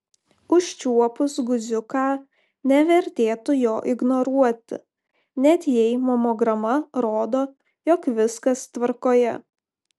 užčiuopus guziuką nevertėtų jo ignoruoti net jei mamograma rodo jog viskas tvarkoje